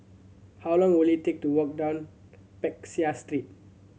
how long will it take to walk down Peck Seah Street